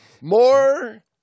more